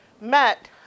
met